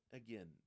again